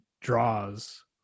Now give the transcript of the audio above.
draws